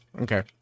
Okay